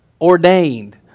ordained